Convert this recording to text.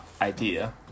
idea